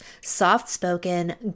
soft-spoken